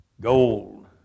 Gold